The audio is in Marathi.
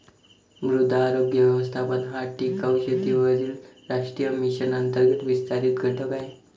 मृदा आरोग्य व्यवस्थापन हा टिकाऊ शेतीवरील राष्ट्रीय मिशन अंतर्गत विस्तारित घटक आहे